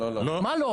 לא, מה לעשות.